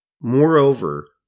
Moreover